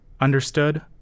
Understood